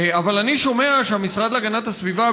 אבל אני שומע שהמשרד להגנת הסביבה,